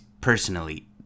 personally